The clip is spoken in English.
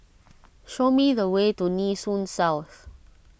show me the way to Nee Soon South